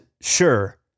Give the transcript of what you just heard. sure